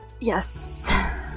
yes